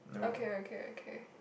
okay okay okay